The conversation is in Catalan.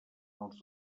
els